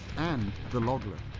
and the log lift.